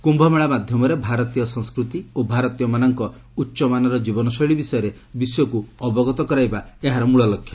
କ୍ୟୁମେଳା ମାଧ୍ୟମରେ ଭାରତୀୟ ସଂସ୍କୃତି ଓ ଭାରତୀୟମାନଙ୍କ ଉଚ୍ଚମାନର ଜୀବନଶୈଳୀ ବିଷୟରେ ବିଶ୍ୱକୁ ଅବଗତ କରାଇବା ଏହାର ମୂଳ ଲକ୍ଷ୍ୟ